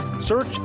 Search